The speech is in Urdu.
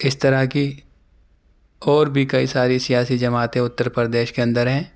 اس طرح کی اور بھی کئی ساری سیاسی جماعتیں اتّر پردیش کے اندر ہیں